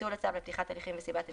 ביטול הצו לפתיחת הליכים וסיבת הביטול,